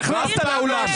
נכנסת לאולם,